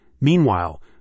Meanwhile